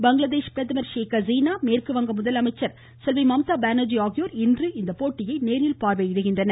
பங்களாதேஷ் பிரதமர் ஷேக் ஹசீனா மேற்குவங்க முதலமைச்சர் செல்வி மம்தா பானா்ஜி ஆகியோர் இன்று இப்போட்டியை நேரில் பார்வையிடுகின்றனர்